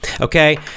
Okay